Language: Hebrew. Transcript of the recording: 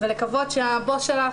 ולקוות שהבוס שלך